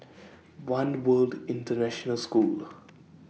one World International School